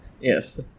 Yes